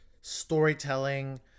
storytelling